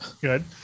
Good